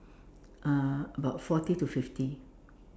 uh about forty to fifty